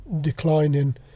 declining